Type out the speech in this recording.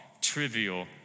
trivial